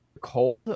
Cold